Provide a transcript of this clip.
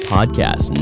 Podcast